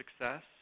success